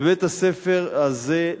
לבית-הספר הזה,